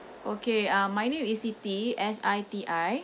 okay uh my name is siti S I T I